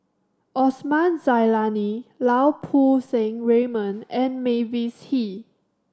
Osman Zailani Lau Poo Seng Raymond and Mavis Hee